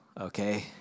Okay